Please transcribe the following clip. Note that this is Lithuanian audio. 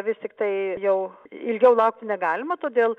vis tiktai jau ilgiau laukti negalima todėl